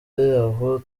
aho